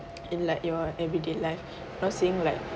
in like your everyday life not saying like